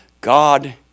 God